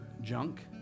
junk